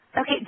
Okay